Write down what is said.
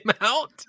out